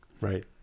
Right